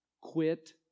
quit